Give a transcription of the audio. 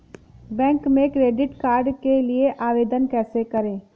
Bank में credit card के लिए आवेदन कैसे करें?